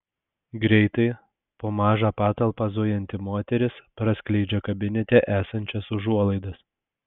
greitai po mažą patalpą zujanti moteris praskleidžia kabinete esančias užuolaidas